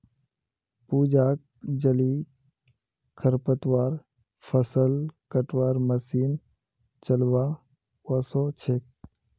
पूजाक जलीय खरपतवार फ़सल कटवार मशीन चलव्वा ओस छेक